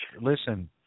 Listen